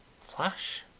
Flash